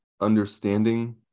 understanding